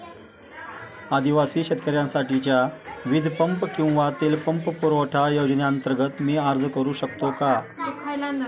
आदिवासी शेतकऱ्यांसाठीच्या वीज पंप किंवा तेल पंप पुरवठा योजनेअंतर्गत मी अर्ज करू शकतो का?